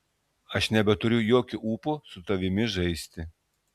aš nebeturiu jokio ūpo su tavimi žaisti